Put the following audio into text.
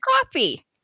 coffee